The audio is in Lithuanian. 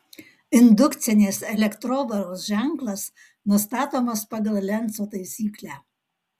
indukcinės elektrovaros ženklas nustatomas pagal lenco taisyklę